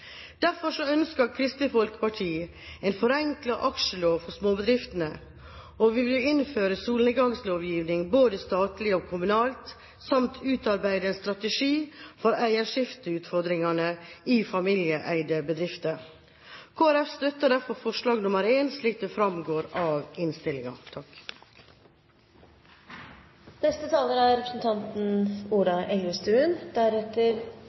Derfor ønsker Kristelig Folkeparti en forenklet aksjelov for småbedriftene, og vi vil innføre solnedgangslovgivning både statlig og kommunalt samt utarbeide strategi for eierskifteutfordringene i familieeide bedrifter. Kristelig Folkeparti støtter derfor forslag nr. 1, slik det framgår av innstillingen. Det er